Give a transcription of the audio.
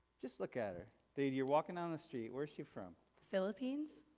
just look at her, dude. you're walking down the street. where's she from? philippines?